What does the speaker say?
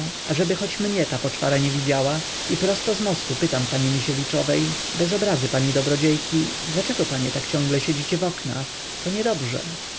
ażeby choć mnie ta poczwara nie widziała i prosto z mostu pytam pani misiewiczowej bez obrazy pani dobrodziejki dlaczego panie tak ciągle siedzicie w oknach to niedobrze